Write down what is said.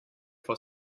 for